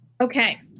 Okay